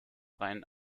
rein